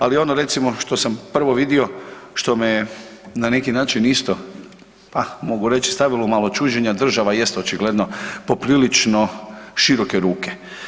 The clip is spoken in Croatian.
Ali ono recimo što sam prvo vidio što me je na neki način isto, ah mogu reći stavilo malo čuđenja država jest očigledno poprilično široke ruke.